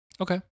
Okay